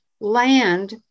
land